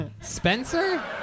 Spencer